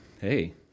hey